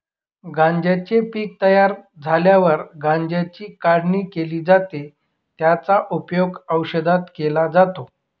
गांज्याचे पीक तयार झाल्यावर गांज्याची काढणी केली जाते, त्याचा उपयोग औषधात केला जातो